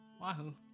Wahoo